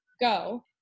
go